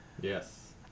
Yes